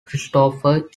christopher